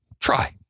try